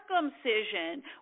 circumcision